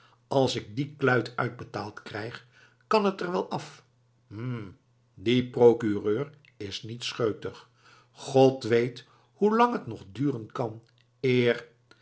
als ik die kluit uitbetaald krijg kan t er wel af hm die procureur is niet scheutig god weet hoe lang t nog duren kan eer